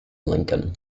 lincoln